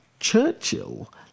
Churchill